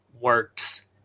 works